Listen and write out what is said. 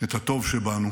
את הטוב שבנו